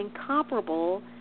incomparable